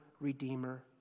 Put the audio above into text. Redeemer